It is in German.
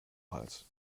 hals